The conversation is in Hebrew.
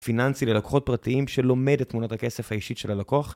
פיננסי ללקוחות פרטיים שלומד את תמונת הכסף האישית של הלקוח.